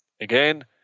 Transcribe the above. Again